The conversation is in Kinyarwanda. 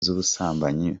z’ubusambanyi